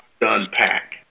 unpack